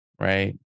right